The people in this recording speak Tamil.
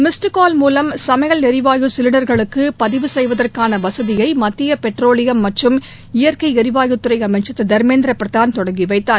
மிஸ்டு கால் மூலம் சமையல் எரிவாயு சிலிண்டர்களுக்கு பதிவு செய்வதற்கான வசதியை மத்திய பெட்ரோலியம் மற்றும் இயற்கை எரிவாயு துறை அமைச்சர் திரு தர்மேந்திர பிரதான் தொடங்கி வைத்தார்